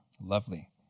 Lovely